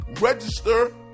Register